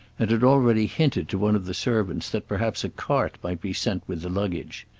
and had already hinted to one of the servants that perhaps a cart might be sent with the luggage.